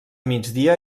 migdia